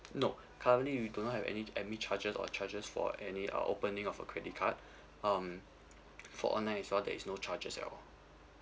no currently we do not have any admin charges or charges for any err opening of our credit card um for online as well there is no charges at all